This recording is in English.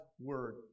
Word